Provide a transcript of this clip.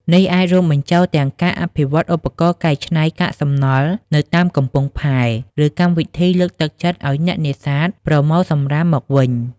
នេះអាចរួមបញ្ចូលទាំងការអភិវឌ្ឍឧបករណ៍កែច្នៃកាកសំណល់នៅតាមកំពង់ផែ ឬកម្មវិធីលើកទឹកចិត្តឲ្យអ្នកនេសាទប្រមូលសំរាមមកវិញ។